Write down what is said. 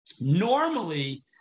Normally